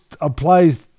applies